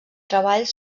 treballs